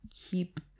Keep